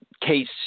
case